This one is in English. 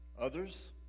Others